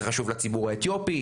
זה חשוב לציבור האתיופי,